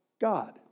God